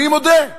אני מודה,